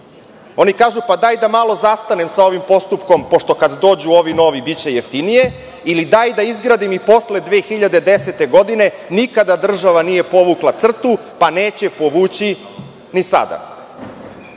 Oni kažu, hajde da malo zastanemo sa ovim postupkom pošto kada dođu ovi novi biće jeftinije ili daj da izgradim i posle 2010. godine nikada nije država povukla crtu, pa neće povući ni sada.